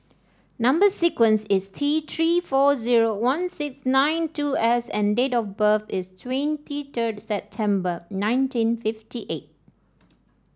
number sequence is T Three four zero one six nine two S and date of birth is twenty third September nineteen fifty eight